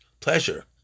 pleasure